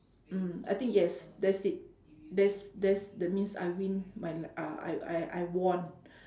mm I think yes that's it that's that's that means I win my li~ uh I I I won